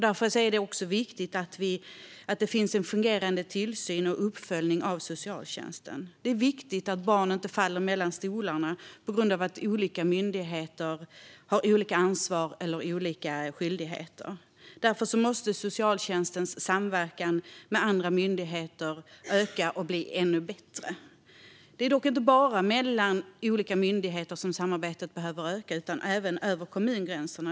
Därför är det också viktigt att det finns en fungerande tillsyn och uppföljning av socialtjänsten. Det är viktigt att barn inte faller mellan stolarna på grund av att olika myndigheter har olika ansvar och olika skyldigheter. Därför måste socialtjänstens samverkan med andra myndigheter öka och bli ännu bättre. Det är dock inte bara mellan olika myndigheter som samarbetet behöver öka, utan det behöver öka även över kommungränserna.